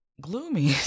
gloomy